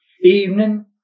evening